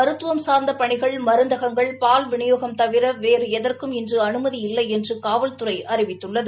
மருத்துவம் சார்ந்த பணிகள் மருந்தகங்கள் பால்விநியோகம் தவிர வேறு எதற்கும் இதன்படி இன்று அனுமதி இல்லை என்று காவல்துறை அறிவித்துள்ளது